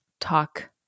talk